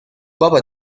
بابا